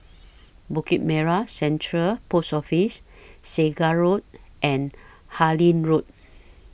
Bukit Merah Central Post Office Segar Road and Harlyn Road